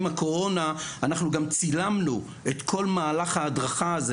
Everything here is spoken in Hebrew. עם הקורונה אנחנו גם צילמנו את כל מהלך ההדרכה הזה,